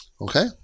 Okay